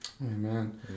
Amen